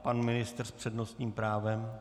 Pan ministr s přednostním právem.